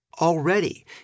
Already